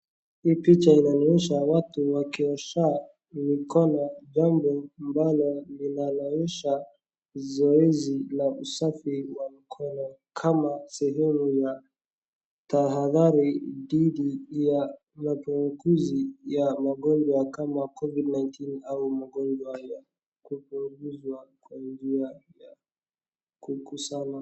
Hii picha inaonyesha watu wakiosha mikono jambo ambalo linalonyesha zoezi la usafi wa mikono kama sehemu ya tahadhari dhidi ya machukuzi ya magonjwa kama covid-19 au magonjwa ya kupunguzwa kwa njia ya kukusanywa.